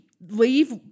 leave